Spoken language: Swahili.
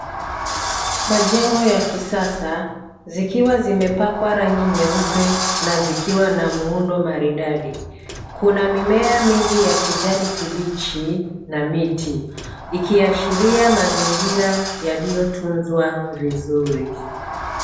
Majengo ya kisasa, zikiwa zimepakwa rangi nyeupe na zikiwa na muundo maridadi. Kuna mimea mingi ya kijani kibichi na miti, ikiashiria mazingira yaliyotunzwa vizuri.